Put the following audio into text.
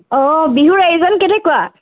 অঁ বিহুৰ আয়োজন কেনেকুৱা